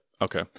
Okay